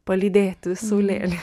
palydėti saulėlydį